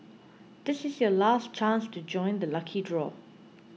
this is your last chance to join the lucky draw